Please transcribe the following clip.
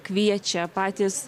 kviečia patys